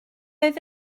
oedd